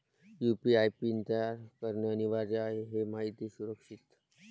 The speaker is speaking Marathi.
यू.पी.आय पिन तयार करणे अनिवार्य आहे हे माहिती सुरक्षित